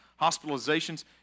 hospitalizations